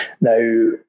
Now